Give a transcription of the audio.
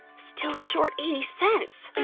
still short eighty cents.